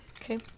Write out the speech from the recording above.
okay